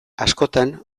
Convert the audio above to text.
askotan